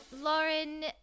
lauren